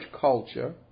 culture